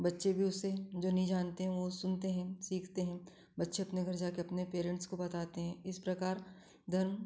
बच्चे भी उससे जो नहीं जानते हैं वो सुनते हैं सीखते हैं बच्चे अपने घर जाकर अपने पेरेंट्स को बताते हैं इस प्रकार धर्म